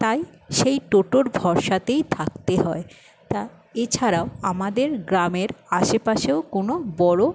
তাই সেই টোটোর ভরসাতেই থাকতে হয় তা এছাড়াও আমাদের গ্রামের আশেপাশেও কোনো বড়